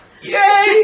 Yay